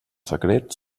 secret